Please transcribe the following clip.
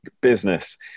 business